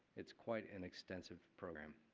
it is quite an extensive program.